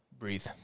Breathe